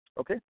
Okay